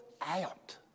out